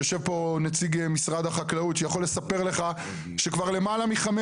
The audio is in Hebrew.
יושב פה נציג משרד החקלאות שיכול לספר לך שכבר למעלה מחמש